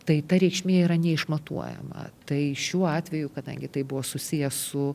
tai ta reikšmė yra neišmatuojama tai šiuo atveju kadangi tai buvo susiję su